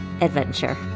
adventure